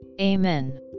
Amen